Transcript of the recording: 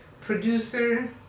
producer